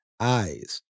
eyes